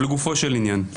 לגופו של עניין,